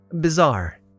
bizarre